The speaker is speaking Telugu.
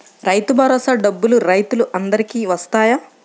రైతు భరోసా డబ్బులు రైతులు అందరికి వస్తాయా?